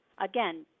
Again